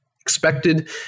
expected